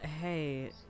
hey